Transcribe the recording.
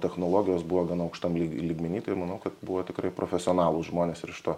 technologijos buvo gana aukštam lyg lygmeny tai manau kad buvo tikrai profesionalūs žmonės ir iš to